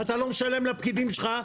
ואתה לא משלם לפקידים שלך,